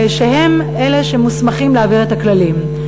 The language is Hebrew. והם אלה שמוסמכים להעביר את הכללים.